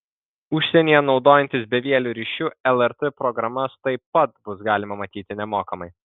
užsienyje naudojantis bevieliu ryšiu lrt programas taip pat bus galima matyti nemokamai